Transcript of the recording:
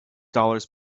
dollars